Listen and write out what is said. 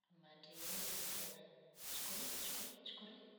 Matreye tetriana chukuri chukuri chukuri